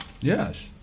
Yes